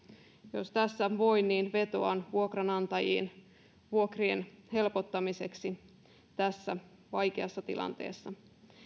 jos tässä voin niin vetoan vuokranantajiin vuokrien helpottamiseksi tässä vaikeassa tilanteessa